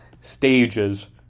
stages